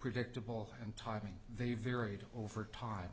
predictable and typing they varied over time